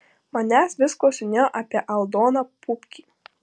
manęs vis klausinėjo apie aldoną pupkį